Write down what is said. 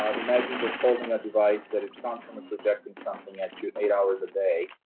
but imagine just holding a device that is constantly projecting something at you eight hours a day,